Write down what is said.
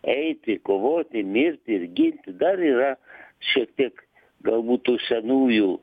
eiti kovoti mirti ir ginti dar yra šiek tiek galbūt tų senųjų